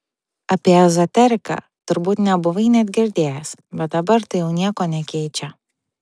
apie ezoteriką turbūt nebuvai net girdėjęs bet dabar tai jau nieko nekeičia